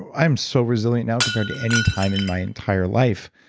i'm so resilient now compared to any time in my entire life,